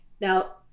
Now